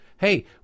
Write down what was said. Hey